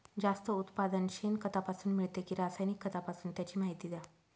जास्त उत्पादन शेणखतापासून मिळते कि रासायनिक खतापासून? त्याची माहिती द्या